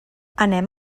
anem